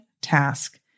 task